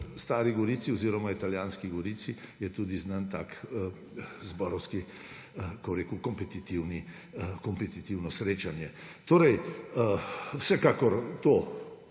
stari Gorici oziroma italijanski Gorici je tudi znano tako zborovsko kompetitivno srečanje. Vsekakor to